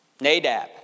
Nadab